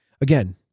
again